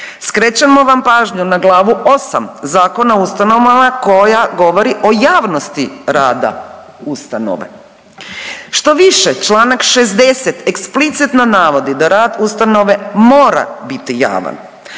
Skrećemo vam pažnju na glavu 8 Zakona o ustanovama koja govori o javnosti rada ustanove. Štoviše, čl. 60 eksplicitno navodi da rad ustanove mora biti javan.